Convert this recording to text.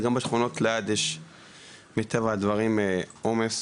וגם בשכונות ליד יש מטבע הדברים עומס.